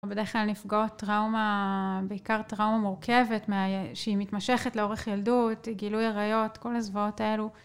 בדרך כלל נפגעות טראומה, בעיקר טראומה מורכבת שהיא מתמשכת לאורך ילדות, גילוי עריות, כל הזוועות האלו.